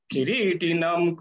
Kiritinam